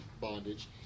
bondage